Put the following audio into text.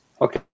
Okay